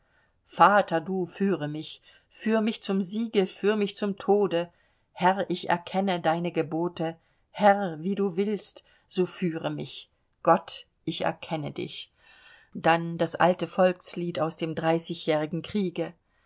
vater du führe mich führ mich zum siege führ mich zum tode herr ich erkenne deine gebote herr wie du willst so führe mich gott ich erkenne dich dann das alte volkslied aus dem dreißigjährigen kriege